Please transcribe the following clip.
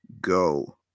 go